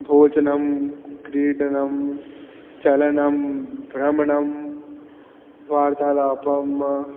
भोजनं क्रीडनं चलनं भ्रमणं वार्तालापः